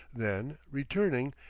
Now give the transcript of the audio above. then, returning,